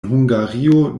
hungario